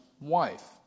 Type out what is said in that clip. wife